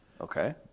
Okay